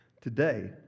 Today